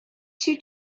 two